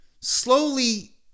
slowly